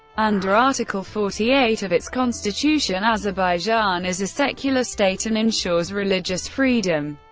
under article forty eight of its constitution, azerbaijan is a secular state and ensures religious freedom.